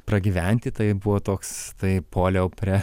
pragyventi tai buvo toks tai puoliau prie